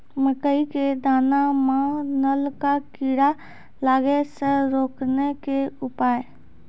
मकई के दाना मां नल का कीड़ा लागे से रोकने के उपाय?